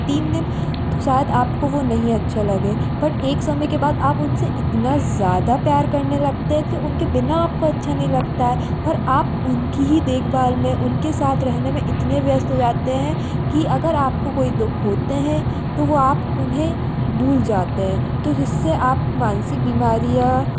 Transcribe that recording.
तीन दिन तो शायद आप काे वो नहीं अच्छा लगे बट एक समय के बाद आप उन से इतना ज़्यादा प्यार करने लगते कि उनके बिना आप को अच्छा नहीं लकता है और आप उनकी ही देखभाल में उनके साथ रहने में इतने व्यस्त हो जाते हैं कि अगर आप को कोई दुख होते हैं तो वो आप उन्हें भूल जाते हैं तो जिस से आप मानसिक बीमारियाँ